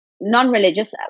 non-religious